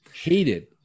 hated